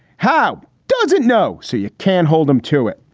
how does it know? so you can hold him to it.